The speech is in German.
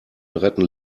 retten